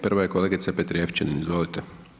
Prva je kolegica Petrijevčanin, izvolite.